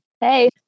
Hey